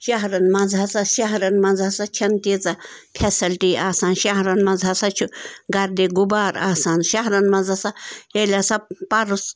شَہرَن مَنٛز ہَسا شَہرَن منٛز ہَسا چھَنہٕ تیٖژاہ فیسَلٹی آسان شَہرَن مَنٛز ہَسا چھُ گَردِ غُبار آسان شَہرَن مَنٛز ہَسا ییٚلہِ ہَسا پَرُس